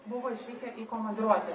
buvo išvykę į komandiruotę